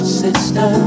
sister